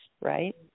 right